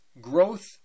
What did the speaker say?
growth